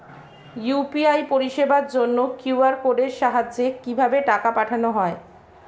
UPI পরিষেবার জন্য QR কোডের সাহায্যে কিভাবে টাকা পাঠানো হয়?